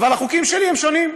אבל החוקים שלי הם שונים.